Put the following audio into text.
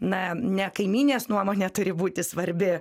na ne kaimynės nuomonė turi būti svarbi